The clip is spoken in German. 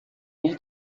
nie